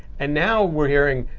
and now we're hearing,